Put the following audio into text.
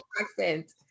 accent